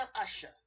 usher